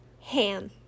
ham